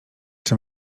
czy